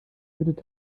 bitte